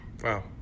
Wow